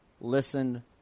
Listen